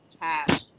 Cash